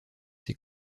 ses